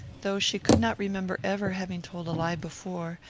though she could not remember ever having told a lie before,